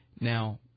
Now